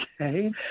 Okay